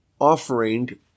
offering